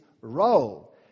role